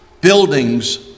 Buildings